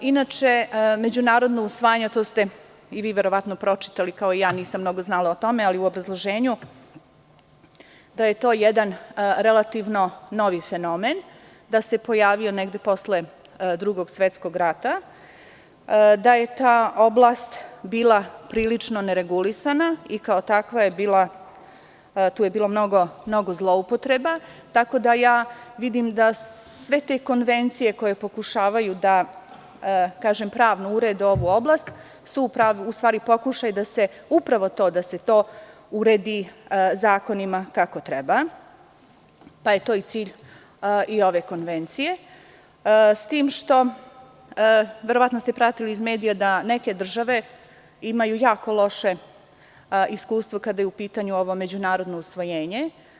Inače, međunarodno usvajanje, to ste i vi verovatno pročitali kao i ja, nisam mnogo znala o tome, u obrazloženju, da je to jedan relativno novi fenomen, da se pojavio negde posle Drugog svetskog rata, da je ta oblast bila prilično neregulisana i tu je bilo mnogo zloupotreba, tako da vidim da sve te konvencije koje pokušavaju da pravno urede ovu oblast su u stvari pokušaj da se upravo to uredi zakonima kako treba, pa je to i cilj i ove konvencije, s tim što, verovatno ste pratili iz medija, neke države imaju jako loše iskustvo kada je u pitanju ovo međunarodno usvojenje.